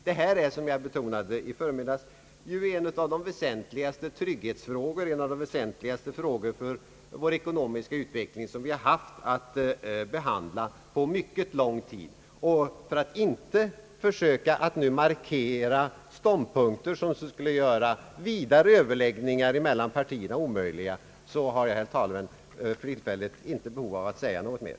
Detta är, som jag betonade på förmiddagen, en av de mest väsentliga trygghetsfrågorna och en av de väsentligaste problemen för vår ekonomiska utveckling som vi haft att behandla på mycket lång tid. För att inte nu markera ståndpunkter som skulle göra vidare överläggningar mellan partierna omöjliga har jag, herr talman, för tillfället inte behov av att säga någonting mera.